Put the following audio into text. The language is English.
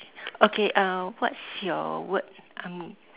okay uh what's your word um